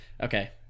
Okay